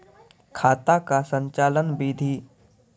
खाता का संचालन बिधि?